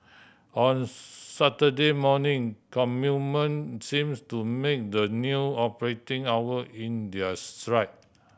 on Saturday morning seems to make the new operating hour in their stride